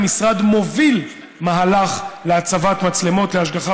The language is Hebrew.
המשרד מוביל מהלך להצבת מצלמות להשגחה